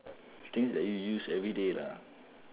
things that you use everyday lah